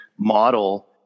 model